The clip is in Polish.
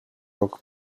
rok